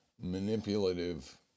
manipulative